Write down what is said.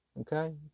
Okay